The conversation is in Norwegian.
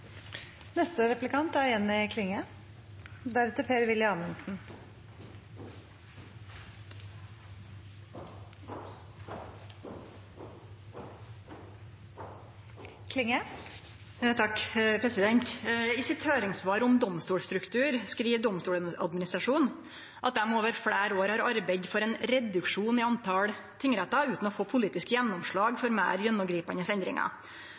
I sitt høyringssvar om domstolstruktur skriv Domstoladministrasjonen at dei over fleire år har arbeidd for ein reduksjon i talet på tingrettar, utan å få politisk gjennomslag for meir gjennomgripande endringar.